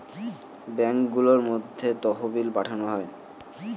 ব্যাঙ্কগুলোর মধ্যে তহবিল পাঠানো হয়